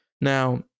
now